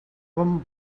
bon